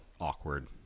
awkward